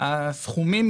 הסכומים